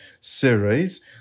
series